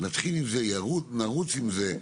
נתחיל בזה, נרוץ עם זה,